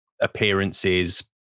appearances